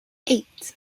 eight